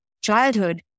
Childhood